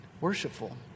worshipful